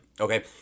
Okay